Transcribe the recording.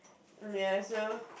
ya so